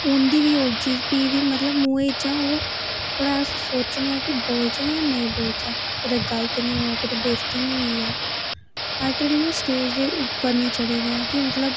औंदी बी औग चीज फ्ही बी मतलब मुहै चा ओह् थोह्ड़ा सोचने आं कि बोलचै जां नेईं बोलचै कुतै गलत नेईं होऐ कुतै बेसती नेईं होई जा अज्ज धोड़ी मैं स्टेज उप्पर नेईं चढ़ी दी आं कि मतलब